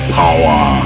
power